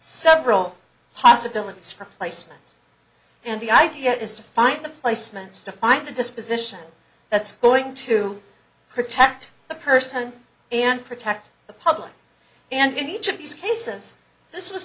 several possibilities for placement and the idea is to find the placement to find a disposition that's going to protect the person and protect the public and each of these cases this was